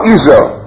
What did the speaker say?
Israel